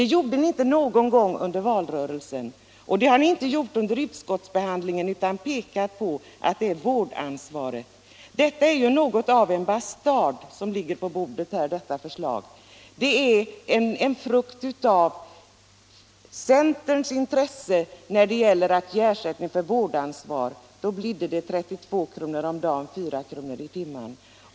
Det gjorde ni inte någon gång under valrörelsen, och det har ni inte heller gjort under utskottsbehandlingen, utan ni har pekat på att det är vårdansvaret som skall gälla. Förslaget som nu ligger på bordet är något av en bastard. Frukten av centerns intresse när det gäller att ge ersättning för vårdansvar blev 32 kr. om dagen och 4 kr. i timmen.